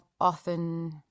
often